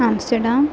Amsterdam